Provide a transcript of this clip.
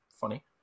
funny